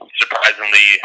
surprisingly